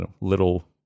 little